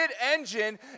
engine